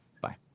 bye